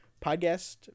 podcast